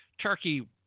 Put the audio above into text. Turkey